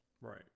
Right